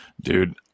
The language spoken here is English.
dude